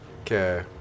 Okay